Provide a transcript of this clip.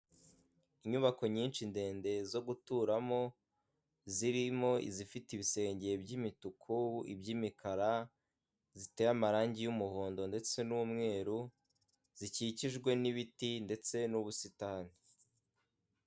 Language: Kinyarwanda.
Inyubako nyinshi ndende zo guturamo zirimo izifite ibisenge by'imituku, iby'imikara ziteye amarangi y'umuhondo ndetse n'umweru zikikijwe n'ibiti ndetse n'ubusitani.